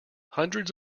hundreds